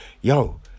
yo